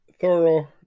thorough